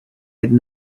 had